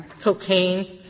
Cocaine